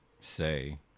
say